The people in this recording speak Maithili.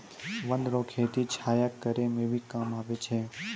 वन रो खेती छाया करै मे भी काम आबै छै